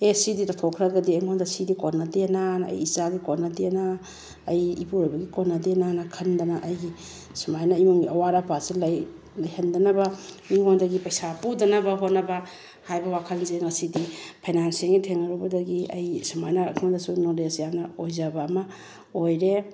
ꯑꯦ ꯁꯤꯗꯤ ꯇꯧꯊꯣꯛꯈ꯭ꯔꯒꯗꯤ ꯑꯩꯉꯣꯟꯗ ꯁꯤꯗꯤ ꯀꯣꯟꯅꯗꯦꯅꯥꯅ ꯑꯩ ꯏꯆꯥꯁꯤ ꯀꯣꯟꯅꯗꯦꯅ ꯑꯩ ꯏꯄꯨꯔꯣꯏꯕꯒꯤ ꯀꯣꯟꯅꯗꯦꯅꯥꯅ ꯈꯟꯗꯅ ꯑꯩꯒꯤ ꯁꯨꯃꯥꯏꯅ ꯏꯃꯨꯡꯒꯤ ꯑꯋꯥꯠ ꯑꯄꯥꯁꯦ ꯂꯩꯍꯟꯗꯅꯕ ꯃꯤꯉꯣꯟꯗꯒꯤ ꯄꯩꯁꯥ ꯄꯨꯗꯅꯕ ꯍꯣꯠꯅꯕ ꯍꯥꯏꯕ ꯋꯥꯈꯜꯁꯦ ꯉꯁꯤꯗꯤ ꯐꯥꯏꯅꯥꯟꯁꯤꯑꯦꯜꯒꯤ ꯊꯦꯡꯅꯔꯨꯕꯗꯒꯤ ꯑꯩ ꯁꯨꯃꯥꯏꯅ ꯑꯩꯉꯣꯟꯗꯁꯨ ꯅꯣꯂꯦꯖ ꯌꯥꯝꯅ ꯑꯣꯏꯖꯕ ꯑꯃ ꯑꯣꯏꯔꯦ